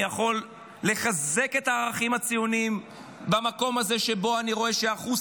אני יכול לחזק את הערכים הציוניים במקום הזה שבו אני רואה שאחוז